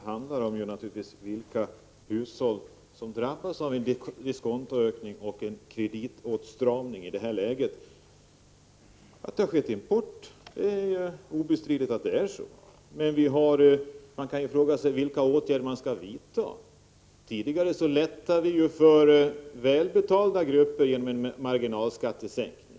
Herr talman! Det handlar naturligtvis om vilka hushåll som i detta läge drabbas av diskontohöjning och kreditåtstramning. Obestridligen har det skett en import, men man kan fråga sig vilka åtgärder som skall vidtas. Tidigare underlättade vi ju för välbetalda grupper genom en marginalskattesänkning.